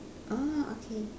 oh okay